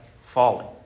falling